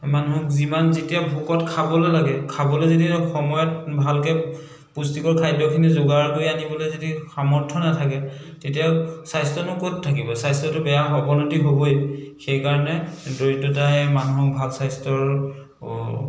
মানুহক যিমান যেতিয়া ভোকত খাবলৈ লাগে খাবলৈ যদি সময়ত ভালকৈ পুষ্টিকৰ খাদ্যখিনি যোগাৰ কৰি আনিবলৈ যদি সামৰ্থ নাথাকে তেতিয়া স্বাস্থ্যনো ক'ত থাকিব স্বাস্থ্যটো বেয়া অৱনতি হ'বই সেইকাৰণে দৰিদ্ৰতাই মানুহক ভাল স্বাস্থ্যৰ